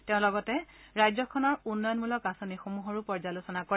তেওঁ লগতে ৰাজ্যখনৰ উন্নয়নমূলক আঁচনিসমূহৰো পৰ্যালোচনা কৰে